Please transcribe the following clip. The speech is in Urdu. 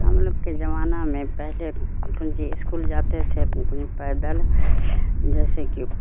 ہم لوگ کے زمانہ میں پہلے کنچی اسکول جاتے تھے پیدل جیسے کہ